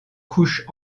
couche